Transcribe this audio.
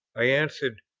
i answered,